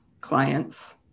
clients